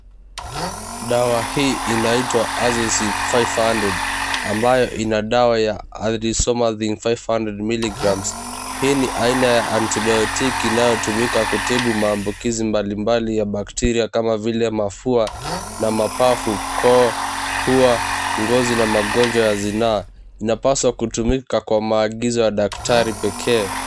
Dawa hii inaitwa Azicip 500 ambayo ina dawa ya Azithromycin 500 milligrams. Hii ni aina ya antibiotic inayotumika kutibu maambukizi mbalimbali ya bacteria kama vile mafua na mapafu, koo, pua, ngozi na magonjwa ya zinaa. Inapaswa kutumika kwa maagizo ya daktari pekee.